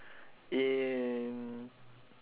in